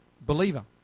believer